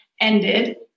ended